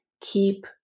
Keep